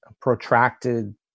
protracted